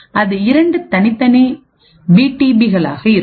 அது இரண்டு தனித்தனிபிடிபிகளாக இருக்கும்